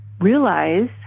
realize